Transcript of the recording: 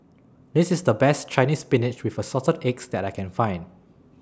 This IS The Best Chinese Spinach with Assorted Eggs that I Can Find